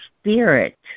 spirit